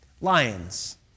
lions